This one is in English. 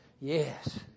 Yes